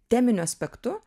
teminiu aspektu